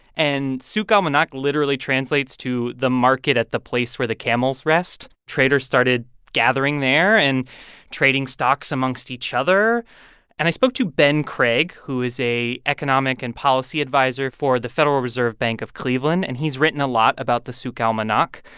and souk al-manakh literally translates to the market at the place where the camels rest. traders started gathering there and trading stocks amongst each other and i spoke to ben craig, who is a economic and policy adviser for the federal reserve bank of cleveland, and he's written a lot about the souk al-manakh.